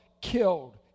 killed